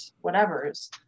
whatever's